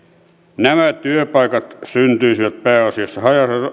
nämä työpaikat syntyisivät pääasiassa